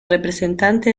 representante